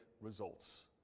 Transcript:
results